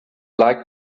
like